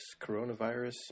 coronavirus